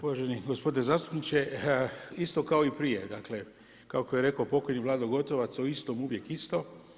Uvaženi gospodine zastupniče, isto kao i prije, dakle, kako je rekao pokojni Vlado Gotovac, o istom uvijek isto.